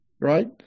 Right